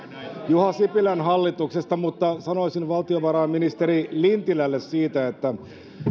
juha sipilän hallituksesta sanoisin valtiovarainministeri lintilälle siitä että